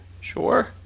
Sure